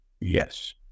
Yes